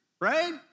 right